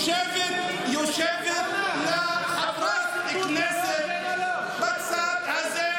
יושבת לה עוד חברת כנסת בצד הזה,